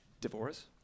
Divorce